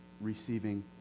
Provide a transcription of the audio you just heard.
receiving